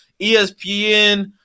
ESPN